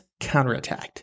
counterattacked